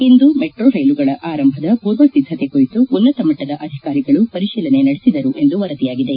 ಇಂದು metro ರೈಲುಗಳ ಆರಂಭದ ಪೂರ್ವ ಸಿದ್ಗತೆ ಕುರಿತು ಉನ್ನತ ಮಟ್ಟದ ಅಧಿಕಾರಿಗಳು ಪರಿಶೀಲನೆ ನಡೆಸಿದರು ಎಂದು ವರದಿಯಾಗಿದೆ